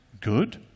good